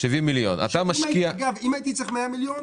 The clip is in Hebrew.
אם הייתי צריך 100 מיליון,